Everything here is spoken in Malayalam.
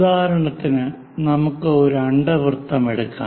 ഉദാഹരണത്തിന് നമുക്ക് ഒരു അണ്ഡവൃത്തം എടുക്കാം